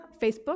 Facebook